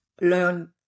learn